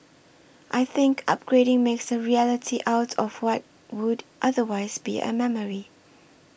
I think upgrading makes a reality out of what would otherwise be a memory